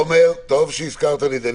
תומר, טוב שהזכרת לי את זה.